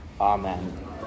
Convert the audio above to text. Amen